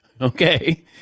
Okay